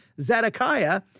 Zedekiah